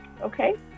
okay